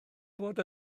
bod